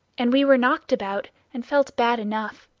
and we were knocked about, and felt bad enough.